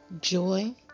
joy